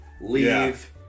leave